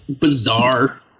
bizarre